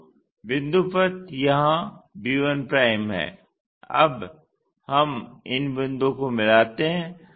तो बिन्दुपथ यहाँ b1 है अब हम इन बिन्दुओं को मिलाते हैं